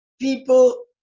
people